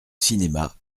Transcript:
cinéma